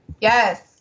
Yes